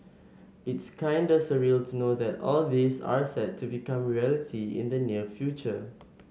it's kinda surreal to know that all this are set to become reality in the near future